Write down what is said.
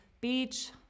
beach